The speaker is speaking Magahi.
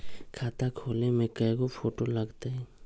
खाता खोले में कइगो फ़ोटो लगतै?